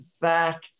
back